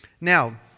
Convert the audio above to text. now